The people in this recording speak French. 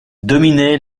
dominait